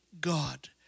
God